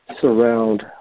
surround